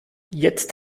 jetzt